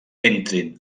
entrin